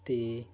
ਅਤੇ